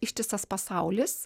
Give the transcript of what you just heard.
ištisas pasaulis